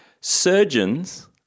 Surgeons